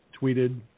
tweeted